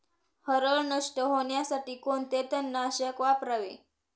हरळ नष्ट होण्यासाठी कोणते तणनाशक वापरावे?